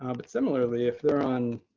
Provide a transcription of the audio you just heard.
um but similarly, if they're on